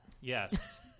yes